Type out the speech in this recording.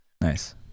Nice